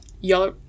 y'all